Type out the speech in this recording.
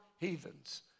heathens